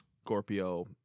Scorpio